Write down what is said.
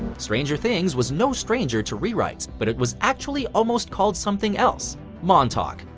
stranger things was no stranger to rewrites, but it was actually almost called something else montauk.